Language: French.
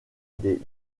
des